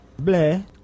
bleh